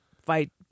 fight